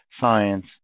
science